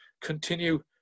continue